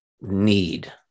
need